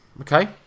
okay